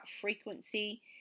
frequency